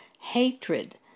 hatred